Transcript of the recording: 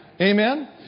Amen